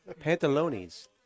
Pantalones